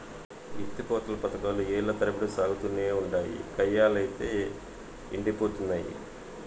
ఎత్తి పోతల పదకాలు ఏల్ల తరబడి సాగతానే ఉండాయి, కయ్యలైతే యెండిపోతున్నయి